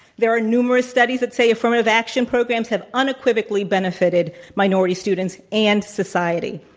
there are numerous studies that say affirmative action programs have unequivocally benefitted minority students and society.